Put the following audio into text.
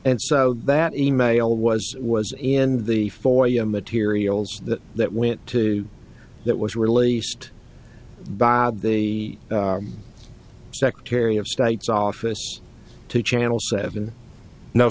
and so that e mail was was in the for you materials that that went to that was released bob the secretary of state's office to channel seven no